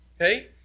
Okay